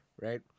right